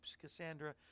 Cassandra